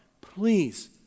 please